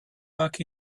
back